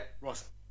Ross